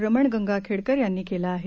रमण गंगाखेडकर यांनी केला आहे